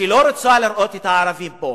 שלא רוצה לראות את הערבים פה.